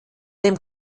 dem